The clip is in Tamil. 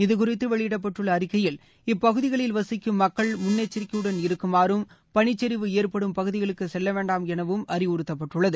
இதுகுறித்து வெளியிடப்பட்டுள்ள அறிக்கையில் இப்பகுதிகளில் வசிக்கும் மக்கள் முன்னெச்சரிக்கையுடன் இருக்குமாறும் பனிச்சரிவு ஏற்படும் பகுதிகளுக்கு செல்ல வேண்டாம் எனவும் அறிவுறுத்தப்பட்டுள்ளது